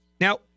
Now